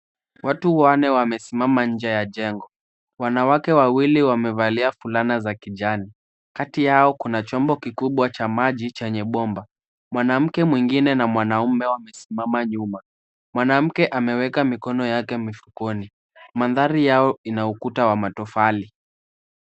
Watu wanne wamesimama nje ya jengo. Wanawake wawili wamevalia fulana za kijani. Kati yao kuna chombo kikubwa cha maji chenye bomba. Mwanamke mwingine na mwanaume wamesimama nyuma. Mwanamke ameweka mikono yake mifukoni. Mandhari yao ina ukuta wa matofali.